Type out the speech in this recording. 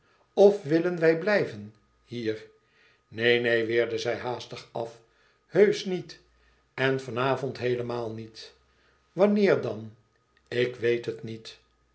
of willen wij blijven hier neen neen weerde zij haastig af heusch niet en van avond heelemaal niet wanneer dan ik weet het niet